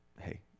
Hey